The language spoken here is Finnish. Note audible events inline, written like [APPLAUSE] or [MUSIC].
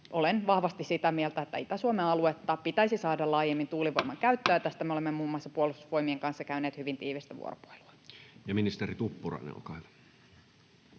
Olen vahvasti sitä mieltä, että Itä-Suomen aluetta pitäisi saada laajemmin tuulivoiman käyttöön, [NOISE] ja tästä me olemme muun muassa Puolustusvoimien kanssa käyneet hyvin tiivistä vuoropuhelua. Ministeri Tuppurainen, olkaa